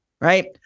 right